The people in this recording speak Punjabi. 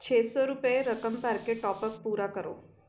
ਛੇ ਸੌ ਰੁਪਏ ਰਕਮ ਭਰ ਕੇ ਟਾਪ ਅਪ ਪੂਰਾ ਕਰੋ